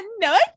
No